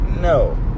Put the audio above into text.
no